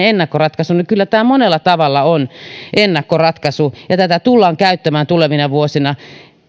ennakkoratkaisu niin kyllä tämä monella tavalla on ennakkoratkaisu ja tätä tullaan käyttämään tulevina vuosina